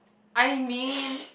I mean